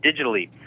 digitally